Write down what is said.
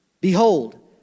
Behold